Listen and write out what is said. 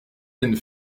end